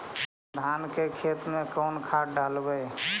धान के खेत में कौन खाद डालबै?